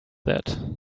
that